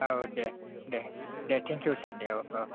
औ दे दे दे थेंकिउ सार दे औ औ